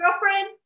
girlfriend